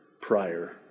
prior